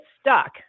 stuck